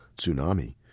tsunami